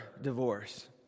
divorce